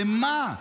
במה?